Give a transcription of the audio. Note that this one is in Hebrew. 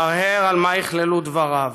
מהרהר מה יכללו דבריו.